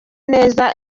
neza